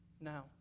Now